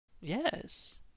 Yes